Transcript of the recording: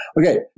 Okay